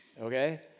okay